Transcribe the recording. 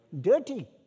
dirty